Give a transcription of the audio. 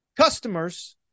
customers